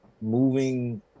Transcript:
moving